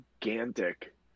gigantic